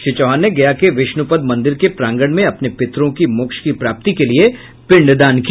श्री चौहान ने गया के विष्णुपद मंदिर के प्रांगण में अपने पितरों की मोक्ष की प्राप्ति के लिए पिंडदान किया